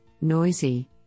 noisy